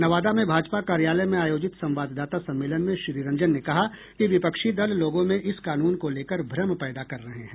नवादा में भाजपा कार्यालय में आयोजित संवाददाता सम्मेलन में श्री रंजन ने कहा कि विपक्षी दल लोगों में इस कानून को लेकर भ्रम पैदा कर रहे हैं